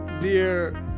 Dear